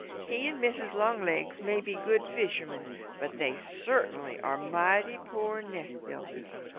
he and mrs. longlegs may be good fishermen but they certainly are mighty poor nest-builders.